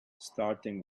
starting